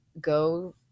go